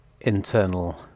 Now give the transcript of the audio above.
internal